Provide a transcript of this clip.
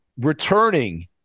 returning